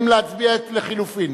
בעד,